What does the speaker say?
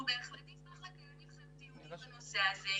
אנחנו בהחלט נשמח לקיים אתכם דיונים בנושא הזה.